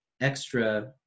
extra